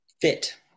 fit